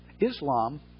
Islam